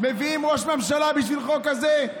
מביאים ראש ממשלה בשביל החוק הזה,